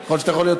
לא.